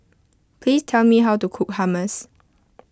please tell me how to cook Hummus